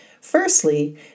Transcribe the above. Firstly